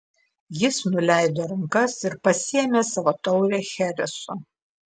jis nuleido rankas ir pasiėmė savo taurę chereso